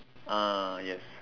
ah yes